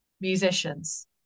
musicians